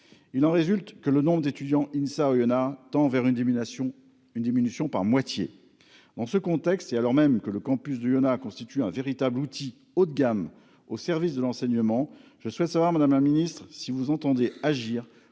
il en résulte que le nombre d'étudiant INSA tend vers une domination une diminution par moitié dans ce contexte et alors même que le Campus du constitue un véritable outil haut de gamme au service de l'enseignement, je souhaite savoir, madame un Ministre si vous entendez agir